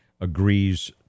agrees